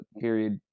period